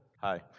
Hi